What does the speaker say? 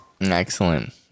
Excellent